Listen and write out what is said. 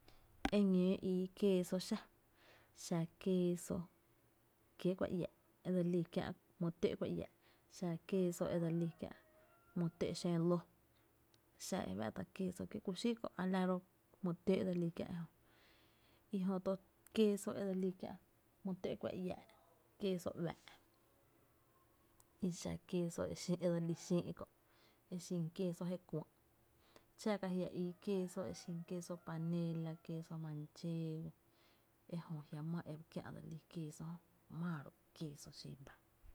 Eñóo ii queso xa: xa queeso kiee’ kuá iáa’ e dse lí kiä’ jmy tö’ kuá iää’, xa queso e dse lí kiä’ jmy tö’ xöö lóo, xa e fá’tá’ queso kiee’ kuxí kö’ a la ro’ jmy töö’ e dse lí kiä’ ejö, i jö to queso e dse lí kiä’ jmy tö’ kua iää’ queso ua’ ki xa queso e dse lí xïï’ kó’ e xin queso je kuïï’, xa ka jia’ ii queso e xin panela, queso manchego e jö a jia’ maa e ba kiä’ dse lí queso jö maa ro e queso xin ba.